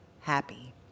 happy